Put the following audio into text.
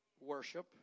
worship